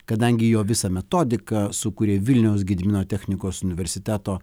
kadangi jo visą metodiką sukurė vilniaus gedimino technikos universiteto